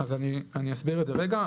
אז אני אסביר את זה רגע.